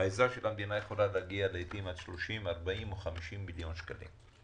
העזרה של המדינה יכולה להגיע לעיתים 30 או 40 או 50 מיליון שקלים.